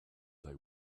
they